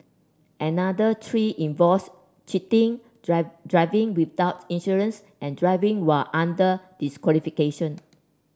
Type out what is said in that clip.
another three involves cheating driving without insurance and driving while under disqualification